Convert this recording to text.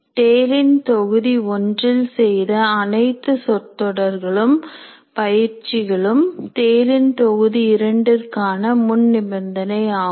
டேலின் தொகுதி ஒன்றில் செய்த அனைத்து சொற்றொடர்களும் பயிற்சிகளும் டேலின் தொகுதி இரண்டிற்கான முன் நிபந்தனை ஆகும்